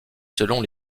selon